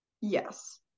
yes